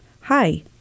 Hi